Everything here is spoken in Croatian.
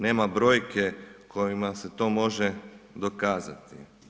Nema brojke kojima se to može dokazati.